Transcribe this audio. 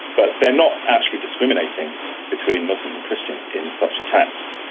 but they are not actually discriminating between muslims and christians in such attacks.